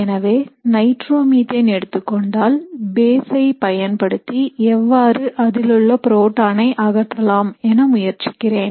எனவே நைட்ரோமீத்தேன்ஐ எடுத்துக்கொண்டால் பேசை பயன்படுத்தி எவ்வாறு அதிலுள்ள புரோட்டானை அகற்றலாம் என முயற்சிக்கிறேன்